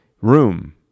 room